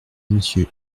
monsieur